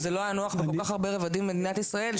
זה לא היה נוח בהרבה רבדים במדינת ישראל.